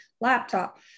laptop